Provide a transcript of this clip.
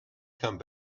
come